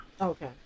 okay